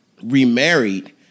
remarried